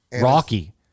Rocky